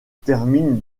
termine